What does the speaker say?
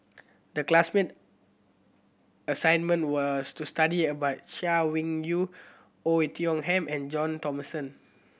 the classmate assignment was to study about Chay Weng Yew Oei Tiong Ham and John Thomson